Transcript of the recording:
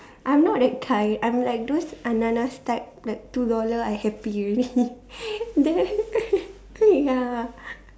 I'm not that kind I'm like those Ananas type like two dollar I happy already ya